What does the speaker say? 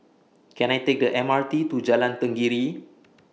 Can I Take The M R T to Jalan Tenggiri